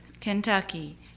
Kentucky